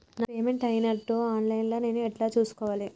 నా పేమెంట్ అయినట్టు online లా నేను ఎట్ల చూస్కోవాలే?